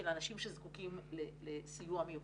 של אנשים שזקוקים לסיוע מיוחד.